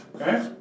okay